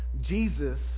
Jesus